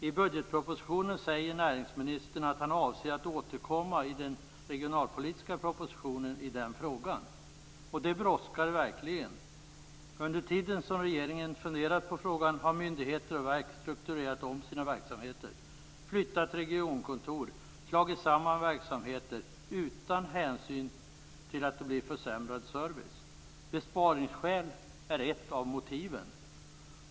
I budgetpropositionen uttalar näringsministern att han avser att återkomma i den regionalpolitiska propositionen i den frågan. Det brådskar verkligen. Under den tid som regeringen funderat på frågan har myndigheter och verk strukturerat om sina verksamheter, flyttat regionkontor och slagit samman verksamheter utan hänsyn till att det medför försämrad service. Besparingsskäl är ett av motiven.